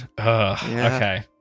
Okay